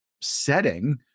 setting